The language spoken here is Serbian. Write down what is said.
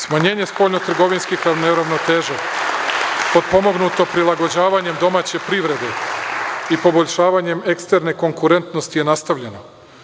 Smanjenje spoljnotrgovinske neravnoteže, potpomognuto prilagođavanjem domaće privrede i poboljšavanjem eksterne konkurentnosti je nastavljeno.